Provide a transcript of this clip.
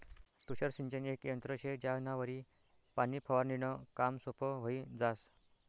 तुषार सिंचन येक यंत्र शे ज्यानावरी पाणी फवारनीनं काम सोपं व्हयी जास